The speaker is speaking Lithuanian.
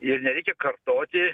ir nereikia kartoti